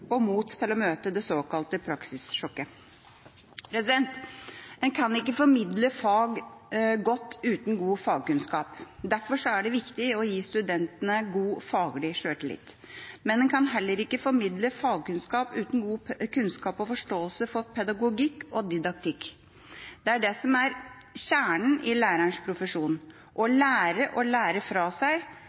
og mot til å møte det såkalte praksissjokket. En kan ikke formidle fag godt uten god fagkunnskap. Derfor er det viktig å gi studentene god faglig sjøltillit. Men en kan heller ikke formidle fagkunnskap uten god kunnskap og forståelse for pedagogikk og didaktikk. Det er det som er kjernen i lærernes profesjon: å lære å lære fra seg,